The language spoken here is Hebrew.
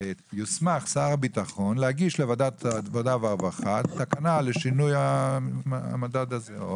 יוסמך שר הביטחון להגיש לוועדת העבודה והרווחה תקנה לשינוי המדד הזה.